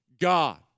God